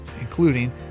including